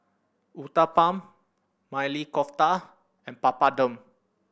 Uthapam Maili Kofta and Papadum